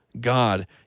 God